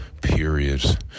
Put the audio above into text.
period